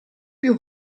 più